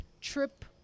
trip